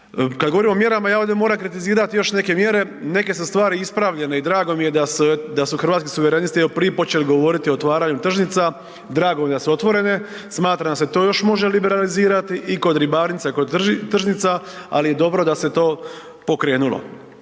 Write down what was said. Kad govorimo o mjerama ja ovdje moram kritizirati još neke mjere, neke su stvari ispravljene i drago mi je da su hrvatski suverenisti evo prije počeli govoriti o otvaranju tržnica, drago mi je da su otvorene, smatram da se to još može liberalizirati i kod ribarnica i kod tržnica, ali je dobro da se je to pokrenulo.